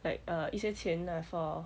like err 一些钱 lah for